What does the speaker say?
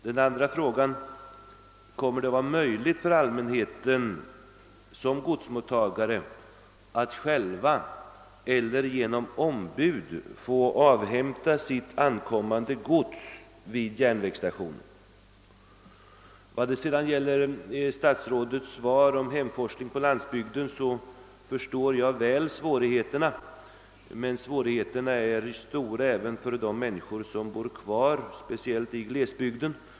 För det andra: Kommer det att vara möjligt för enskilda personer som godsmottagare att själva eller genom ombud avhämta sitt ankommande gods vid järnvägsstationen? Vad sedan gäller statsrådets svar om hemforsling på landsbygden förstår jag väl svårigheterna, men de är stora även för de människor som bor kvar där, speciellt i glesbygden.